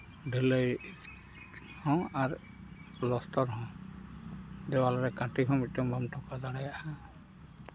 ᱰᱷᱟᱹᱞᱟᱹᱭ ᱦᱚᱸ ᱟᱨ ᱯᱞᱟᱥᱴᱟᱨ ᱦᱚᱸ ᱫᱮᱣᱟᱞ ᱨᱮ ᱠᱟᱹᱴᱷᱤ ᱦᱚᱸ ᱢᱤᱫᱴᱤᱱ ᱵᱟᱢ ᱴᱷᱚᱠᱟᱣ ᱫᱟᱲᱮᱭᱟᱜᱼᱟ